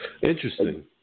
Interesting